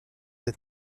des